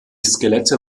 skelette